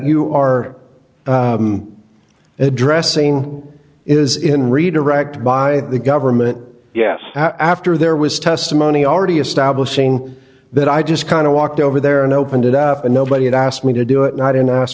you are addressing is in redirect by the government yes after there was testimony already establishing that i just kind of walked over there and opened it up and nobody had asked me to do it and i don't ask